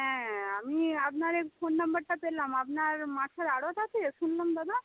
হ্যাঁ আমি আপনার এ ফোন নাম্বারটা পেলাম আপনার মাছের আড়ত আছে শুনলাম দাদা